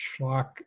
schlock